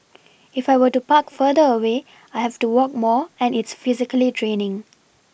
if I were to park further away I have to walk more and it's physically draining